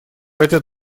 это